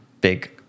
big